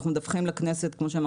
אנחנו מדווחים לוועדת